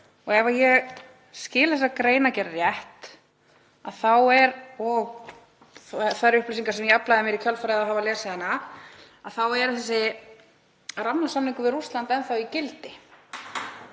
Ef ég skil þessa greinargerð rétt og þær upplýsingar sem ég aflaði mér í kjölfarið eftir að hafa lesið hana, þá er þessi rammasamningur við Rússland enn þá í gildi.